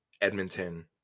Edmonton